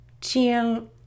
chill